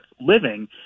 living